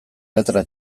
letra